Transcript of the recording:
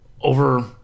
over